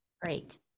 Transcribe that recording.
Great